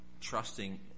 trusting